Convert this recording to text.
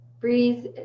Breathe